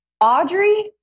Audrey